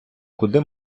куди